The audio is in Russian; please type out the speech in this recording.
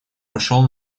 пошел